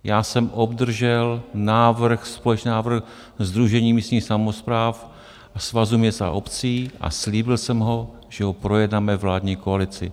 Já jsem obdržel návrh, společný návrh Sdružení místních samospráv a Svazu měst a obcí a slíbil jsem , že ho projednáme ve vládní koalici.